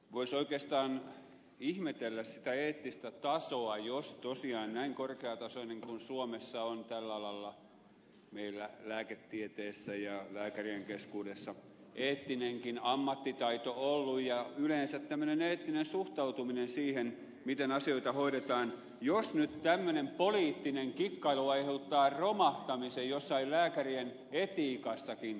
voisi oikeastaan ihmetellä sitä eettistä tasoa jos tosiaan näin korkeatasoinen kuin suomessa on tällä alalla meillä lääketieteessä ja lääkärien keskuudessa eettinenkin ammattitaito ollut ja yleensä tämmöinen eettinen suhtautuminen siihen miten asioita hoidetaan jos nyt tämmöinen poliittinen kikkailu aiheuttaa romahtamisen jossain lääkärien etiikassakin